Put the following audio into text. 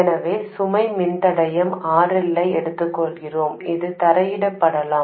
எனவே சுமை மின்தடையம் RL ஐ எடுத்துக்கொள்கிறேன் இது தரையிறக்கப்படலாம்